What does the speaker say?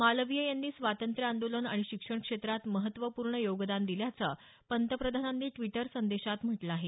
मालवीय यांनी स्वातंत्र्य आंदोलन आणि शिक्षण क्षेत्रात महत्वपूर्ण योगदान दिल्याचं पंतप्रधानांनी द्विटर संदेशात म्हटलं आहे